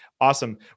Awesome